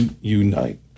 Unite